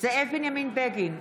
זאב בנימין בגין,